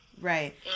Right